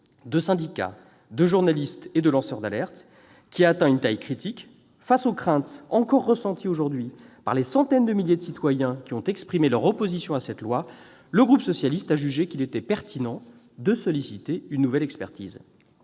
de syndicats, de journalistes et de lanceurs d'alerte qui a atteint une taille critique, face aux craintes encore ressenties aujourd'hui par les centaines de milliers de citoyens qui ont exprimé leur opposition, le groupe socialiste et républicain a jugé qu'il était pertinent de solliciter une nouvelle expertise.